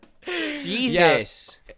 Jesus